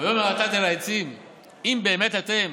"ויאמר האטד את העצים אם באמת אתם